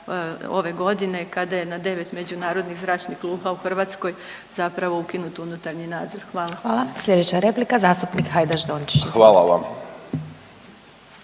ove godine kada je na 9 međunarodnih zračnih luka u Hrvatskoj zapravo ukinut unutarnji nadzor. Hvala. **Glasovac, Sabina (SDP)** Hvala. Sljedeća replika, zastupnik Hajdaš Dončić, izvolite.